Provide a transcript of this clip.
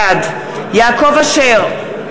בעד יעקב אשר,